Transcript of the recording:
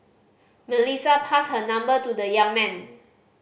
Melissa passed her number to the young man